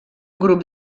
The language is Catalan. grup